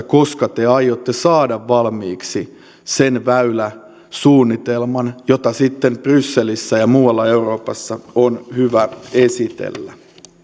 koska te aiotte saada valmiiksi sen väyläsuunnitelman jota sitten brysselissä ja muualla euroopassa on hyvä esitellä